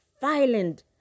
violent